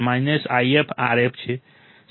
સાચું